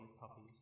puppies